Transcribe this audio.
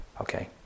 Okay